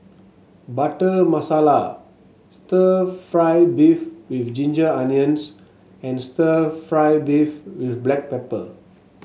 Butter Masala stir fry beef with Ginger Onions and stir fry beef with Black Pepper